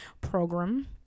program